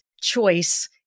choice